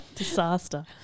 Disaster